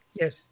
Yes